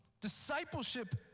discipleship